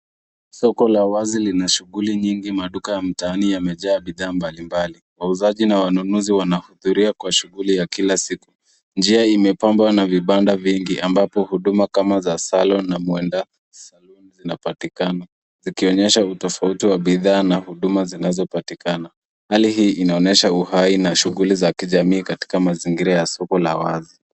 Soko la wazi Lina shughuli nyingi, maduka ya mtaani yamejaa bidhaa mbali mbali. Wauzaji na wanunuzi wanahudhuria kwa shughuli za Kila siku. Njia imepambwa kwa huduma vingi ambavyo huduma kana za saluni zinapatikana zikionyesha utofauti wa bidhaa na huduma zinazopatikana. Hali hii inaonyesha uhai na shughuli za kijamii katika mazingira ya soko la wazi.